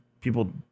people